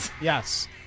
Yes